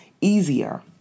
easier